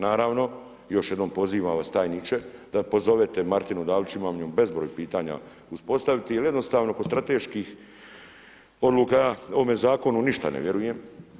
Naravno, još jednom pozivam vas tajniče, da pozovete Martinu Dalić, imam bezbroj pitanja za postaviti, jer jednostavno kod strateških odluka o ovome zakonu ništa ne vjerujem.